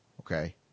Okay